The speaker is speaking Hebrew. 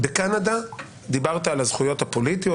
בקנדה - דיברת על הזכויות הפוליטיות